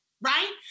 right